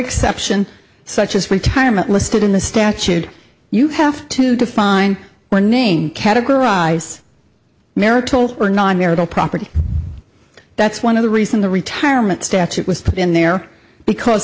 exception such as retirement listed in the statute you have to define one main categorize marital or non marital property that's one of the reason the retirement statute was put in there because